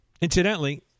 Incidentally